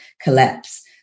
collapse